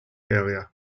area